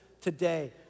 today